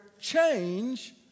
change